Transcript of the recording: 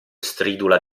stridula